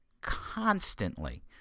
constantly